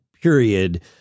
period